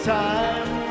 time